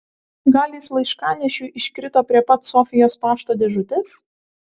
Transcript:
gal jis laiškanešiui iškrito prie pat sofijos pašto dėžutės